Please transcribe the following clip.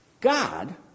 God